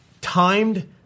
timed